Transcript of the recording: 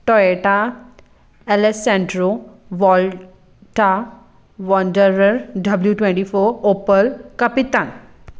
Toyota LS Santro Volta Wanderer W twenty four Opel Kapitan